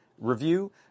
review